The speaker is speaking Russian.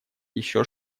еще